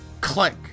Click